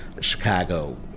Chicago